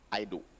Ido